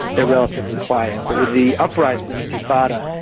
they're relatively quiet. but with the uprising the intifada,